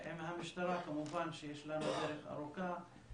עם המשטרה כמובן שיש לנו דרך ארוכה,